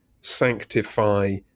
sanctify